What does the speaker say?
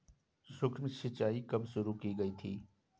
सूक्ष्म सिंचाई कब शुरू की गई थी?